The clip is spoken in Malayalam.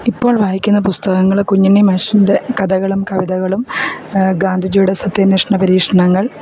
ഇപ്പോൾ വായിക്കുന്ന പുസ്തകങ്ങൾ കുഞ്ഞുണ്ണി മാഷിൻ്റെ കഥകളും കവിതകളും ഗാന്ധിജിയുടെ സത്യാന്വേഷണ പരീക്ഷണങ്ങൾ